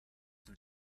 mit